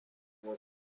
were